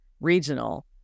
regional